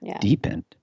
deepened